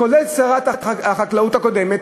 כולל שרת החקלאות הקודמת,